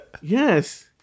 Yes